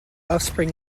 offspring